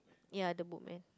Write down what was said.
ya the boat man